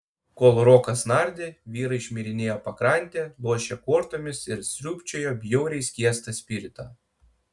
kol rokas nardė vyrai šmirinėjo pakrante lošė kortomis ir sriūbčiojo bjauriai skiestą spiritą